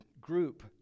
group